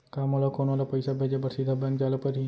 का मोला कोनो ल पइसा भेजे बर सीधा बैंक जाय ला परही?